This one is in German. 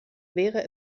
wäre